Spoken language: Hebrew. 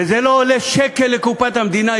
וזה לא עולה שקל יותר לקופת המדינה.